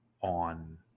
on